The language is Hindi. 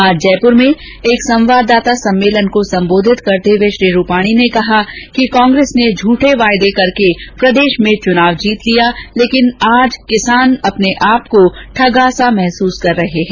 आज जयपुर में एक सवाददाता सम्मेलन को संबोधित करते हुए श्री रुपाणी ने कहा कि कांग्रेस ने झूठे वादे करके प्रदेश में चुनाव जीत लिया लेकिन आज किसान अपने आपको ठगा सा महसूस कर रहा है